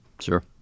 sure